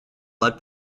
blood